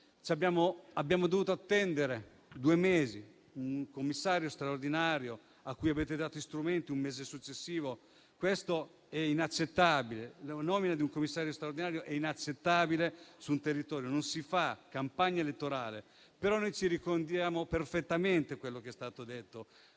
Abbiamo dovuto attendere due mesi un commissario straordinario cui avete dato gli strumenti un mese successivo: questo è inaccettabile! La nomina di un commissario straordinario è inaccettabile. Sul territorio non si fa campagna elettorale. Noi ricordiamo perfettamente quello che è stato detto.